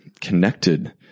connected